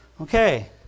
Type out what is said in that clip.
Okay